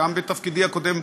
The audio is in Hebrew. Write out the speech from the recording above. גם בתפקידי הקודם,